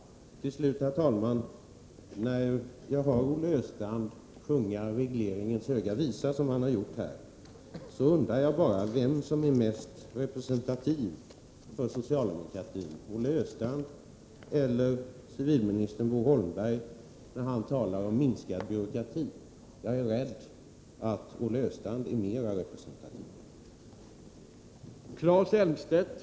Till slut, herr talman: När jag hör Olle Östrand sjunga regleringens höga visa, som han har gjort här, undrar jag vem som är mest representativ för socialdemokratin, Olle Östrand eller civilminister Bo Holmberg, när de talar om minskad byråkrati. Jag är rädd att Olle Östrand är mer representativ.